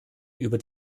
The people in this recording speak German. über